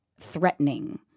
threatening